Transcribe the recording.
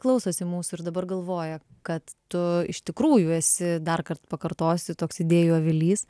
klausosi mūsų ir dabar galvoja kad tu iš tikrųjų esi darkart pakartosiu toks idėjų avilys